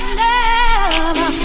love